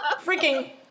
Freaking